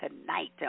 tonight